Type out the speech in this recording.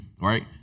right